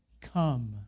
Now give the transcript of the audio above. come